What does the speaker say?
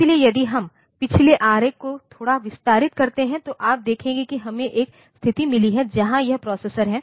इसलिए यदि हम पिछले आरेख को थोड़ा विस्तारित करते हैं तो आप देखेंगे कि हमें एक स्थिति मिली है जहां यह प्रोसेसर है